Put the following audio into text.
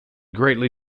greatly